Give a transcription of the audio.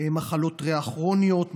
מחלות ריאה כרוניות,